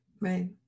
right